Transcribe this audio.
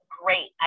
great